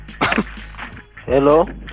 Hello